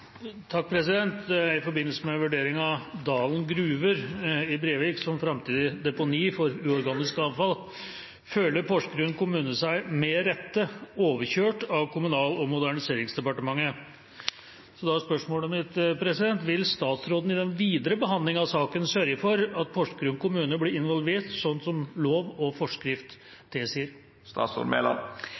forbindelse med vurderingen av Dalen gruver i Brevik som fremtidig deponi for uorganisk avfall føler Porsgrunn kommune seg med rette overkjørt av Kommunal- og moderniseringsdepartementet. Vil statsråden i den videre behandling av saken sørge for at Porsgrunn kommune blir involvert slik lov og forskrift